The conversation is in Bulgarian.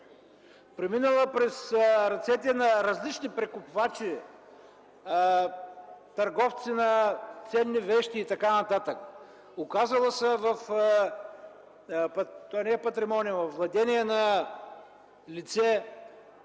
преминала през ръцете на различни прекупвачи, търговци на ценни вещи и така нататък, оказала се във владение на лице,